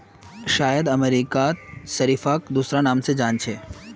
शायद अमेरिकात शरीफाक दूसरा नाम स जान छेक